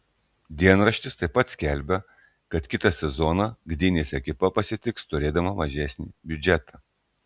dienraštis taip pat skelbia kad kitą sezoną gdynės ekipa pasitiks turėdama mažesnį biudžetą